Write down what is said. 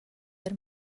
eir